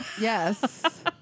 Yes